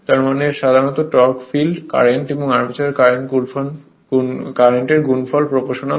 তার মানে সাধারণত টর্ক ফিল্ড কারেন্ট এবং আর্মেচার কারেন্টের গুণফলের প্রপ্রোশনাল